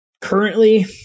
Currently